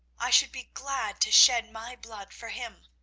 i should be glad to shed my blood for him.